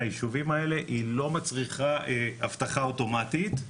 ליישובים האלה היא לא מצריכה אבטחה אוטומטית,